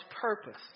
purpose